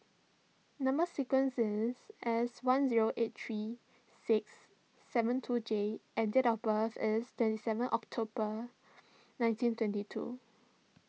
Number Sequence is S one zero eight three six seven two J and date of birth is twenty seven October nineteen twenty two